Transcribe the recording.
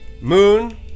moon